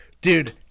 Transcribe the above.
dude